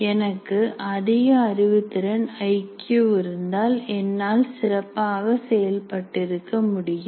எனக்கு அதிக அறிவுத்திறன் ஐ க்யு இருந்தால் என்னால் சிறப்பாக செயல்பட்டிருக்க முடியும்